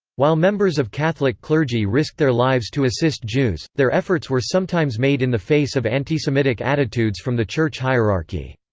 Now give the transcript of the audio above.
while members of catholic clergy risked their lives to assist jews, their efforts were sometimes made in the face of antisemitic attitudes from the church hierarchy.